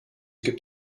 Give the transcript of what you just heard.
gibt